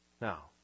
Now